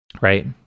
right